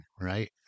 right